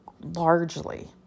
largely